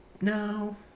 No